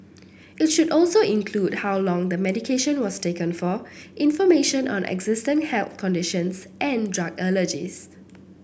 it should also include how long the medication was taken for information on existing health conditions and drug allergies